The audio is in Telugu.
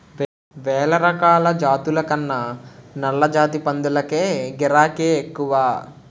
వేలరకాల జాతుల కన్నా నల్లజాతి పందులకే గిరాకే ఎక్కువ